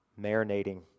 marinating